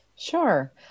Sure